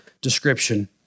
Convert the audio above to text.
description